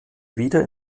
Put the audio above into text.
wieder